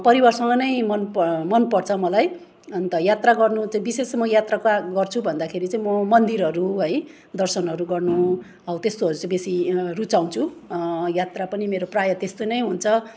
परिवारसँग नै मनप मन पर्छ मलाई अन्त यात्रा गर्नु चाहिँ विशेष म यात्रा कहाँ गर्छु भन्दाखेरि चाहिँ म मन्दिरहरू है दर्शनहरू गर्नु हौ त्यस्तोहरू चाहिँ बेसी रुचाउँछु यात्रा पनि मेरो प्राय त्यस्तो नै हुन्छ